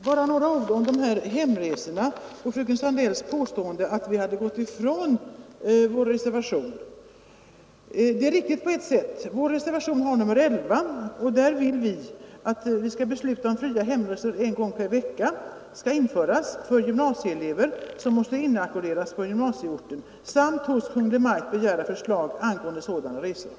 Herr talman! Bara några ord om hemresorna och om fröken Sandells påstående att jag har gått ifrån vår reservation. På ett sätt är fröken Sandells påstående riktigt. Vi hemställer i vår reservation, nr 11, att riksdagen måtte besluta ”att fria hemresor en gång per vecka snarast införes för gymnasieelever som måste inackorderas på gymnasieorten samt hos Kungl. Maj:t begär förslag angående sådana resor”.